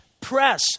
press